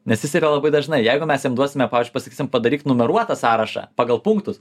nes jis yra labai dažnai jeigu mes jam duosime pavyzdžiui pasakysim padaryk numeruotą sąrašą pagal punktus